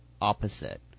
opposite